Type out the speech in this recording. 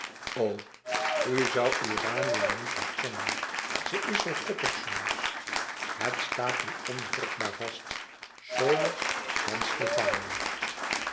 zoû urania niet herkennen ze is zoo koppig soms het staat nu onwrikbaar vast s zomers san stefano